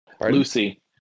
Lucy